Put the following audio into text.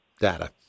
data